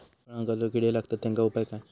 फळांका जो किडे लागतत तेनका उपाय काय?